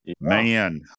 man